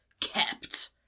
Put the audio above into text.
kept